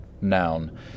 Noun